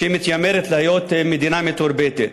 שמתיימרת להיות מדינה מתורבתת.